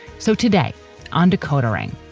so today on decoder ring,